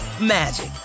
magic